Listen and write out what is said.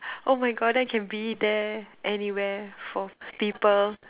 oh my God then I can be there anywhere for people